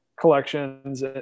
collections